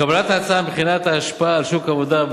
קבלת ההצעה מבחינת ההשפעה על שוק העבודה,